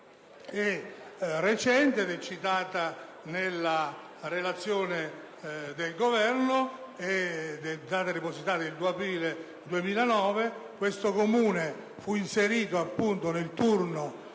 è recente ed è citata nella relazione del Governo; è stata depositata il 2 aprile 2009. Quel Comune fu inserito appunto nel turno